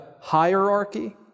hierarchy